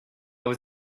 was